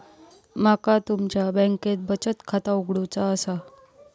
माका तुमच्या बँकेत बचत खाता उघडूचा असा?